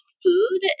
food